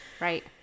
Right